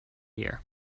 year